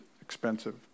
expensive